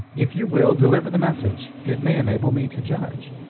if you will deliver the message, it may enable me to judge.